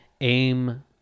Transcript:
aim